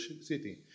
City